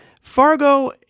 Fargo